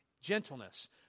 Gentleness